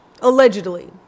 Allegedly